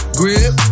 grip